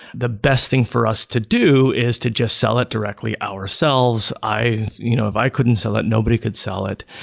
the best thing for us to do is to just sell it directly ourselves. you know if i couldn't sell it, nobody could sell it.